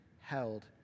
held